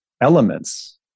elements